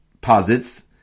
posits